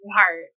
heart